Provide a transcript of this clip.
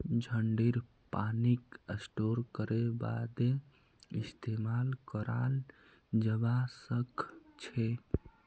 झड़ीर पानीक स्टोर करे बादे इस्तेमाल कराल जबा सखछे